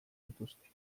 dituzte